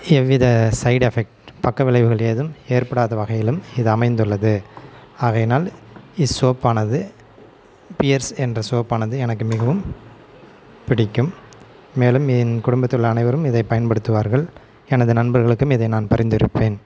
எவ்வித side effect பக்க விளைவுகள் ஏதுவும் ஏற்படாத வகையிலும் இது அமைந்துள்ளது ஆகையினால் இஸ் சோப்பானது பியர்ஸ் என்ற சோப்பானது எனக்கு மிகவும் பிடிக்கும் மேலும் என் குடும்பத்தில் உள்ள அனைவரும் இதை பயன் படுத்துவார்கள் எனது நண்பர்களுக்கும் இதை நான் பரிந்துரைப்பேன்